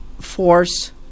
force